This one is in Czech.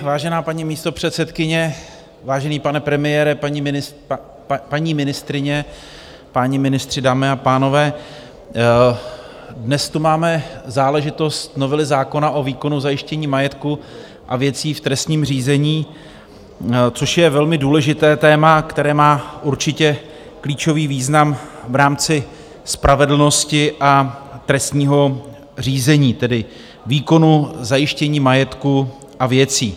Vážená paní místopředsedkyně, vážený pane premiére, paní ministryně, páni ministři, dámy a pánové, dnes tu máme záležitost novely zákona o výkonu zajištění majetku a věcí v trestním řízení, což je velmi důležité téma, které má určitě klíčový význam v rámci spravedlnosti a trestního řízení, tedy výkonu zajištění majetku a věcí.